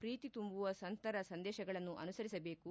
ಪ್ರೀತಿ ತುಂಬುವ ಸಂತರ ಸಂದೇಶಗಳನ್ನು ಅನುಸರಿಸಬೇಕು